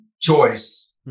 choice